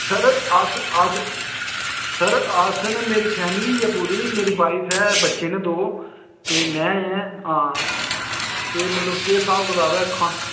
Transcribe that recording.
sir अस अस sir अस ना मेरी फैमिली ऐ पूरी मेरी वाइफ ऐ बच्चे न दो ते में आं ते मतलब केह् स्हाब कताब ऐ